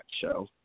show